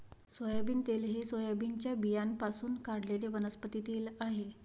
soybean तेल हे सोयाबीनच्या बियाण्यांपासून काढलेले वनस्पती तेल आहे